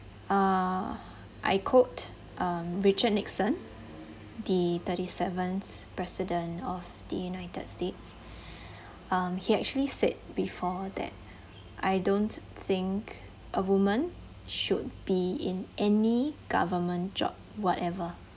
uh I quote um richard nixon the thirty seventh president of the united states um he actually said before that I don't think a woman should be in any government job whatever